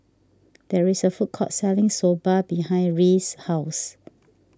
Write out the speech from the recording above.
there is a food court selling Soba behind Rhea's house